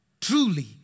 truly